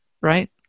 right